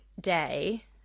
day